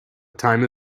time